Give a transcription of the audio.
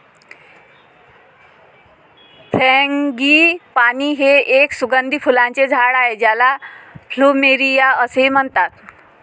frangipani हे एक सुगंधी फुलांचे झाड आहे ज्याला प्लुमेरिया असेही म्हणतात